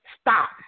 stop